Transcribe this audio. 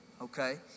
okay